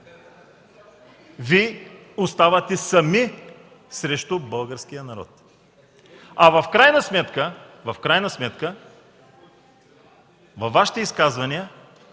Вие оставате сами срещу българския народ, а в крайна сметка във Вашите изказвания